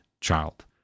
child